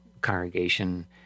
congregation